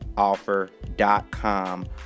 offer.com